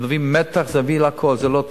זה מביא מתח, זה מביא להכול, זה לא טוב.